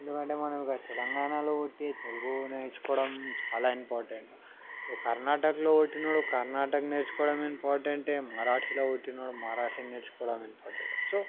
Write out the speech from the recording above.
ఎందుకంటే మనం ఇక్కడ తెలంగాణలో పుట్టి తెలుగు నేర్చుకోవడం చాలా ఇంపార్టెంట్ ఒక కర్ణాటకలో పుట్టినవాడు కర్ణాటక నేర్చుకోవడం ఇంపార్టెంటే మరాఠీలో పుట్టినవాడు మరాఠి నేర్చుకోవడం ఇంపార్టెంటే సో